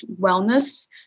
wellness